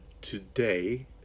today